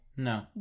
No